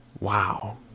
Wow